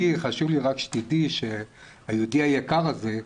--- חשוב לי רק שתדעי שהיהודי היקר הזה,